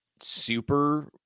super